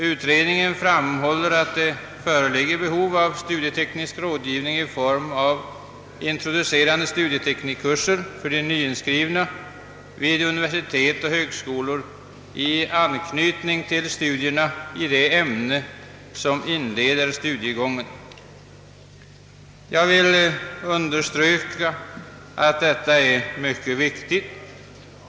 Utredningen framhåller att det föreligger behov av studieteknisk rådgivning i form av introducerande studieteknikkurser för de nyinskrivna vid universitet och högskolor i anknytning till studierna i det ämne som inleder studiegången. Jag vill understryka att detta är mycket viktigt.